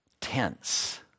Tense